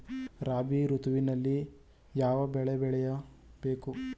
ರಾಬಿ ಋತುವಿನಲ್ಲಿ ಯಾವ ಬೆಳೆ ಬೆಳೆಯ ಬೇಕು?